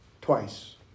Twice